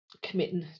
committing